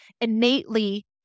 innately